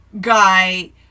guy